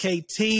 KT